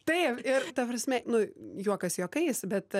taip ir ta prasme nu juokas juokais bet